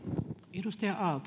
arvoisa